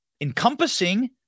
encompassing